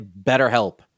BetterHelp